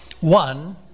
one